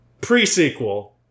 Pre-sequel